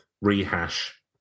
rehash